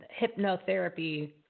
hypnotherapy